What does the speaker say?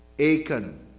Achan